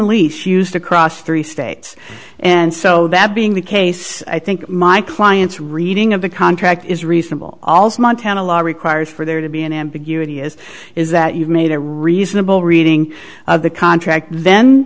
alise used across three states and so that being the case i think my client's reading of the contract is reasonable also montana law requires for there to be an ambiguity is is that you've made a reasonable reading of the contract then